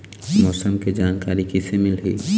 मौसम के जानकारी किसे मिलही?